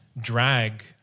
drag